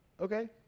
okay